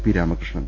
P Ramakrishnan